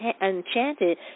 enchanted